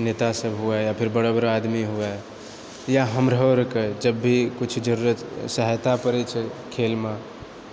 नेता सभ हुए या फिर बड़ा बड़ा आदमी हुए या हमरा आरके जब भी किछु जरुरत सहायता पड़ैत छै खेलमे